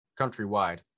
countrywide